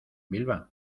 vilma